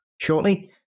shortly